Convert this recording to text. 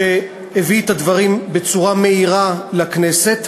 שהביא את הדברים בצורה מהירה לכנסת.